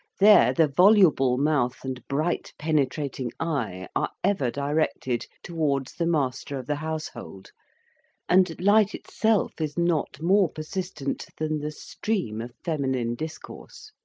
there the voluble mouth and bright penetrating eye are ever directed towards the master of the household and light itself is not more persistent than the stream of feminine discourse.